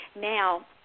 Now